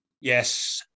Yes